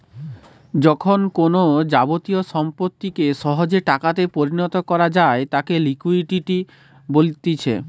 যখন কোনো যাবতীয় সম্পত্তিকে সহজে টাকাতে পরিণত করা যায় তাকে লিকুইডিটি বলতিছে